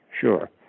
sure